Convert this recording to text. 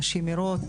נשים הרות,